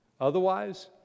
Otherwise